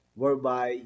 whereby